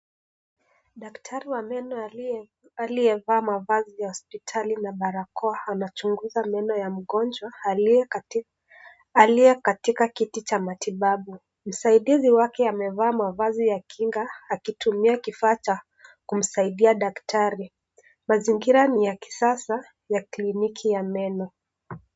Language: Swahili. Daktari wa meno aliyevaa mavazi ya hozpitali na barakoa anachunguza meno ya mgonjwa aliye katika kiti cha matibabu. Msaidizi wake amevaa mavazi ya kinga akitumia kifaa cha kumsaidia daktari. Mazingira ni ya kisasa ya kliniki ya meno.